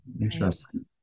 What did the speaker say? interesting